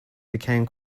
became